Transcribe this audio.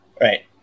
Right